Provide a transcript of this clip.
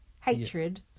Hatred